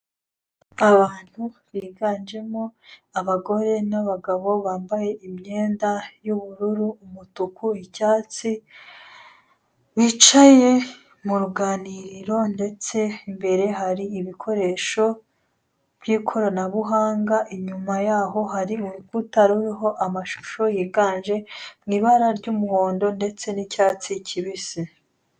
Abantu biganjemo abagore n'abagabo, bambaye imyenda y'ubururu, umutuku, icyatsi, bicaye mu ruganiriro ndetse imbere hari ibikoresho by'ikoranabuhanga, inyuma yaho hari urukuta ruriho amashusho yiganje mu ibara ry'umuhondo ndetse n'icyatsi kibisi.